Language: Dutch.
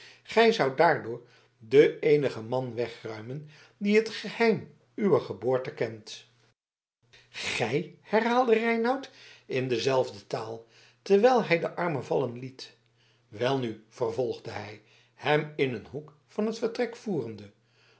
gij zoudt daardoor den eenigen man wegruimen die het geheim uwer geboorte kent gij herhaalde reinout in dezelfde taal terwijl hij de armen vallen liet welnu vervolgde hij hem in een hoek van het vertrek voerende